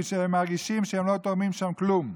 שמרגישים שהם לא תורמים שם כלום.